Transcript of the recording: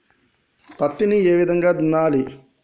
పత్తిని ఏ విధంగా దున్నాలి?